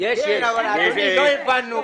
אבל הוא תכף יענה.